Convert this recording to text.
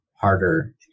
harder